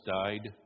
died